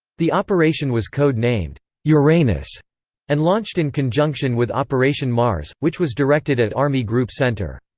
the operation was code-named uranus and launched in conjunction with operation mars, which was directed at army group center.